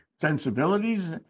sensibilities